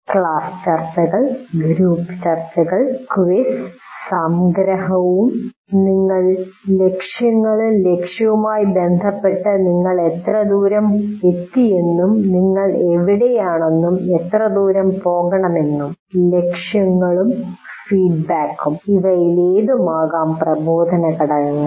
class ചർച്ചകൾ group ചർച്ചകൾ quiz സംഗ്രഹവും നിങ്ങൾ ലക്ഷ്യങ്ങളും ലക്ഷ്യവുമായി ബന്ധപ്പെട്ട് നിങ്ങൾ എത്ര ദൂരം എത്തിയെന്നും നിങ്ങൾ എവിടെയാണെന്നും എത്ര ദൂരം പോകണമെന്നും ലക്ഷ്യങ്ങളും ഫീഡ്ബാക്കും ഇവയിലേതുമാകാം പ്രബോധന ഘടകങ്ങൾ